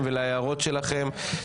ניר אורבך, נכון.